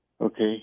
Okay